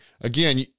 Again